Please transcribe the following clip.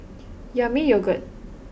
Yami Yogurt